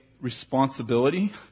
responsibility